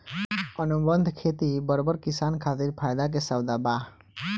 अनुबंध खेती बड़ बड़ किसान खातिर फायदा के सउदा बा